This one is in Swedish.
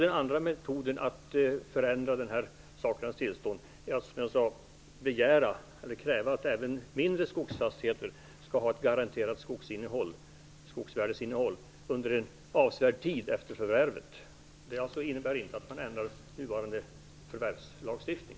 En annan metod att förändra detta sakernas tillstånd är att, som jag sade, kräva att även mindre skogsfastigheter skall ha ett garanterat skogsvärdesinnehåll under en avsevärd tid efter förvärvet. Det innebär alltså inte att man ändrar nuvarande förvärvslagstiftning.